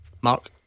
Mark